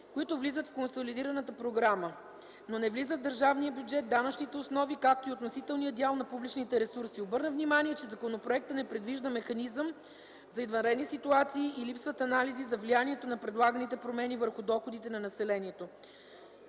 които влизат в консолидираната програма, но не влизат в държавния бюджет, данъчните основи, както и относителният дял на публичните ресурси. Обърна внимание, че законопроектът не предвижда механизъм за извънредни ситуации и липсват анализи за влиянието на предлаганите промени върху доходите на населението.